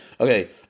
Okay